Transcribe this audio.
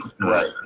Right